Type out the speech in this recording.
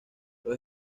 los